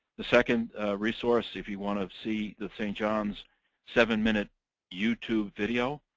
the second resource, if you want to see the st. john's seven-minute youtube video,